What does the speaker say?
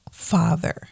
father